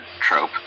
trope